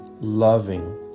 loving